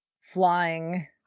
flying